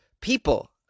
people